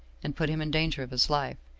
and put him in danger of his life,